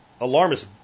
alarmist